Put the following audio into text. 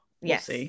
Yes